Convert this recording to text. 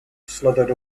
slithered